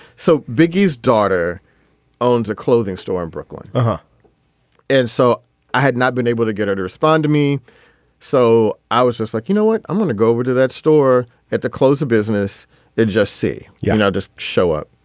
so big his daughter owns a clothing store in brooklyn. but and so i had not been able to get her to respond to me so i was just like you know what i'm going to go over to that store at the close of business and just see you yeah know just show up.